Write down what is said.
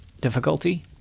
difficulty